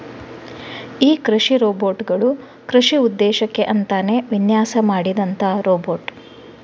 ಈ ಕೃಷಿ ರೋಬೋಟ್ ಗಳು ಕೃಷಿ ಉದ್ದೇಶಕ್ಕೆ ಅಂತಾನೇ ವಿನ್ಯಾಸ ಮಾಡಿದಂತ ರೋಬೋಟ್